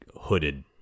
hooded